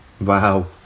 wow